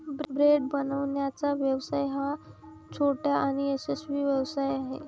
bread बनवण्याचा व्यवसाय हा छोटा आणि यशस्वी व्यवसाय आहे